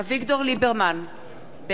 בעד יעקב ליצמן,